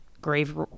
grave